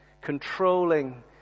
Controlling